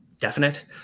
definite